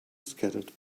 scattered